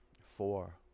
four